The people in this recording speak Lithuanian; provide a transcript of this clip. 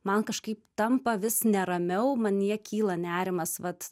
man kažkaip tampa vis neramiau manyje kyla nerimas vat